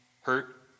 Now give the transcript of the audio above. hurt